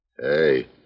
Hey